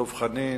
דב חנין,